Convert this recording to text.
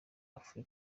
alpha